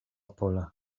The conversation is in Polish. pola